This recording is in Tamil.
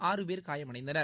ஆறு பேர் காயமடைந்தனர்